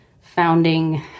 founding